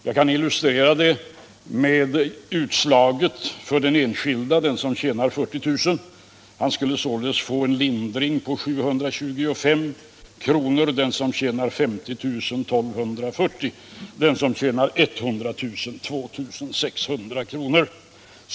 Jag kan illustrera det med utslaget för den enskilde som tjänar 40 000 kr. Han skulle få en lindring på 725 kr., medan den som tjänar 50 000 skulle få 1 240 kr. och den som tjänar 100 000 skulle få 2 600 kr.